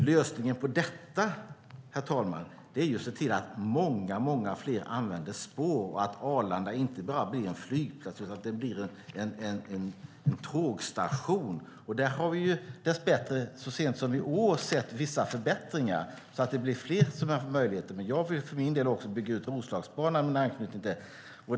Lösningen på det är att se till att många fler använder spår så att Arlanda inte bara blir en flygplats utan en tågstation. Så sent som i år har vi sett vissa förbättringar. Nu har fler möjlighet att åka tåg. Jag vill att man också bygger ut Roslagsbanan.